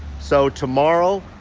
so tomorrow,